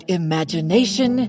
imagination